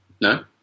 No